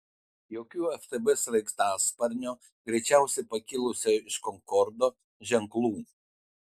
jokių ftb sraigtasparnio greičiausiai pakilusio iš konkordo ženklų